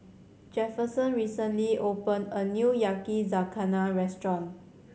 Jefferson recently opened a new Yakizakana Restaurant